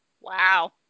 Wow